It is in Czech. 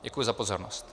Děkuji za pozornost.